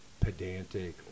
Pedantic